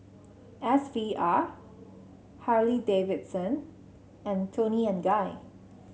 S V R Harley Davidson and Toni and Guy